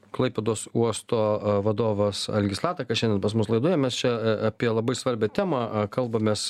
klaipėdos uosto vadovas algis latakas šiandien pas mus laidoje mes čia apie labai svarbią temą kalbamės